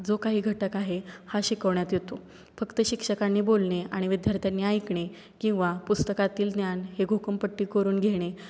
जो काही घटक आहे हा शिकवण्यात येतो फक्त शिक्षकांनी बोलणे आणि विद्यार्थ्यांनी ऐकणे किंवा पुस्तकातील ज्ञान हे घोकमपट्टी करून घेणे